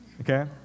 okay